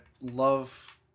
love